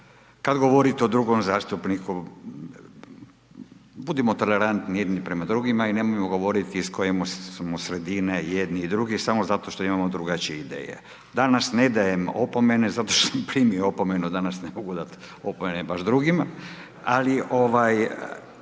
kada govorite o drugom zastupniku, budimo tolerantni jedni prema drugima i nemojmo govoriti iz koje smo sredine i jedni i drugi samo zato što imamo drugačije ideje. Danas ne dajem opomene zato što sam primio opomenu, danas ne mogu dati opomene baš drugima ali ćemo